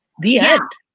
the end.